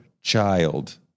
child